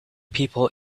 people